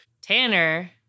Tanner